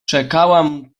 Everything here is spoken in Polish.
czekałam